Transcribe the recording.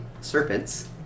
serpents